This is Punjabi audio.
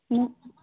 ਜੀ